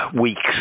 weeks